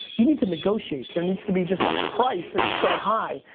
you need to negotiate. there needs to be just a price and you start high.